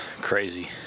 Crazy